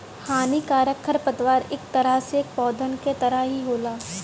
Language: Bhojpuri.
हानिकारक खरपतवार इक तरह से पौधन क तरह ही होला